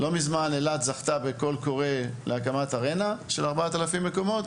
לא מזמן אילת זכתה בקול קורא להקמת ארנה של כ-4,000 מקומות.